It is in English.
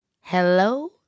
Hello